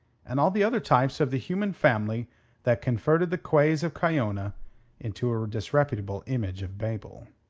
and all the other types of the human family that converted the quays of cayona into a disreputable image of babel.